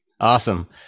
Awesome